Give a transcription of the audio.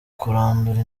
kurandura